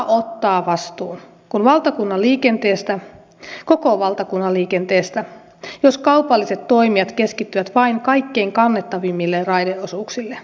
kuka ottaa vastuun koko valtakunnan liikenteestä jos kaupalliset toimijat keskittyvät vain kaikkein kannattavimmille raideosuuksille